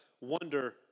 wonder